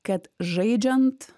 kad žaidžiant